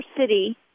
city